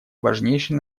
важнейшей